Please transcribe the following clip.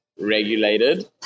regulated